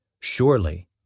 Surely